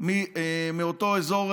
מאותו אזור.